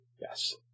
Yes